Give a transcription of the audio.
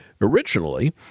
Originally